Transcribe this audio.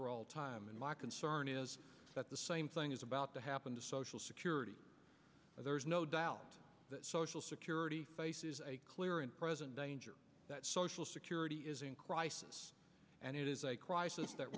for all time and mark crn is that the same thing is about to happen to social security there's no doubt that social security faces a clear and present danger that social security is in crisis and it is a crisis that